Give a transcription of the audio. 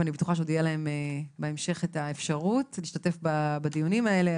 ואני בטוחה שעוד תהיה להם בהמשך את האפשרות להשתתף בדיונים האלה,